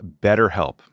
BetterHelp